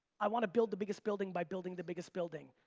i want to build the biggest building by building the biggest building.